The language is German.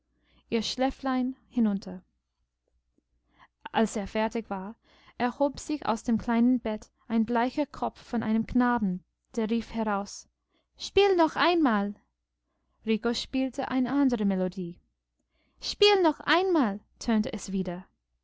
ihr schäflein hinunter als er fertig war erhob sich aus dem kleinen bett ein bleicher kopf von einem knaben der rief heraus spiel noch einmal rico spielte eine andere melodie spiel noch einmal tönte es wieder